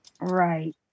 right